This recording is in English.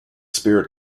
spirit